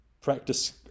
practice